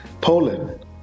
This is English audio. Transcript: poland